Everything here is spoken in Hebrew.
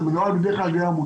זה מנוהל בדרך כלל על ידי עמותות,